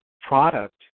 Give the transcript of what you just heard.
product